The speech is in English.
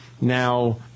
Now